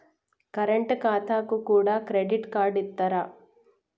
Current ఖాతాకు కూడా credit card ఇత్తరా?